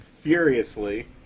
Furiously